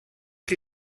chi